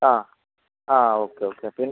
ആ ആ okay okay പിൻ